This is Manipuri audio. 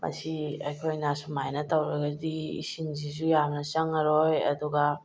ꯃꯁꯤ ꯑꯩꯈꯣꯏꯅ ꯁꯨꯃꯥꯏꯅ ꯇꯧꯔꯒꯗꯤ ꯏꯁꯤꯡꯁꯤꯁꯨ ꯌꯥꯝꯅ ꯆꯪꯉꯔꯣꯏ ꯑꯗꯨꯒ